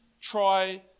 try